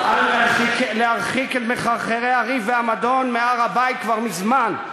להרחיק את מחרחרי הריב והמדון מהר-הבית כבר מזמן,